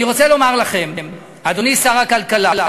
אני רוצה לומר לכם, אדוני שר הכלכלה,